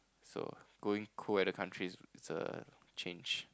so going cold weather countries is a change